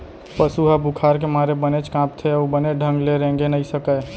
पसु ह बुखार के मारे बनेच कांपथे अउ बने ढंग ले रेंगे नइ सकय